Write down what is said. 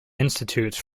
institutes